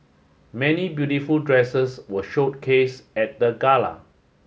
many beautiful dresses were showcase at the gala